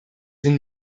den